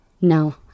No